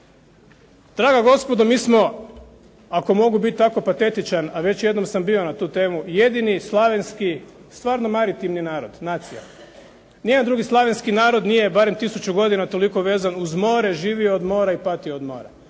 Draga gospodo mi smo ako mogu biti tkao patetičan, a već jednom sam bio na tu temu, jedini slavenski stvarno maritivni narod, nacija. Ni jedan drugi slavenski narod nije barem tisuću godina toliko vezan uz more, živio od mora i patio od mora.